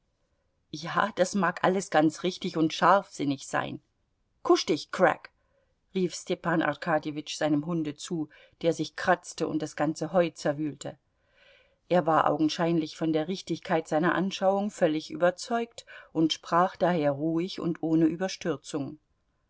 ja das mag alles ganz richtig und scharfsinnig sein kusch dich crack rief stepan arkadjewitsch seinem hunde zu der sich kratzte und das ganze heu zerwühlte er war augenscheinlich von der richtigkeit seiner anschauung vollständig überzeugt und sprach daher ruhig und ohne überstürzung